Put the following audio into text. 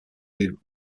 would